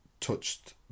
Touched